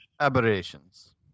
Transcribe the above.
Aberrations